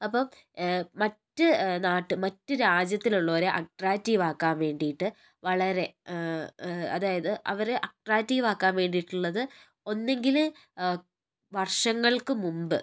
അപ്പം മറ്റു നാട് മറ്റ് രാജ്യത്തുള്ളവരെ അട്രാക്റ്റീവ് ആക്കാൻ വേണ്ടിയിട്ട് വളരെ അതായത് അവരെ അട്രാക്റ്റീവ് ആക്കാൻ വേണ്ടിയിട്ടുള്ളത് ഒന്നുകിൽ വർഷങ്ങൾക്ക് മുമ്പ്